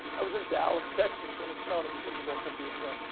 i was in dallas, texas when it snowed at the superbowl cup years ago.